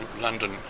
London